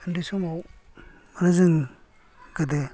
ओनदै समाव जों गोदो